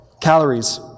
calories